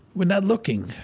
we're not looking